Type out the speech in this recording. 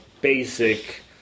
basic